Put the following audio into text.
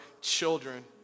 children